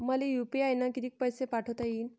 मले यू.पी.आय न किती पैसा पाठवता येईन?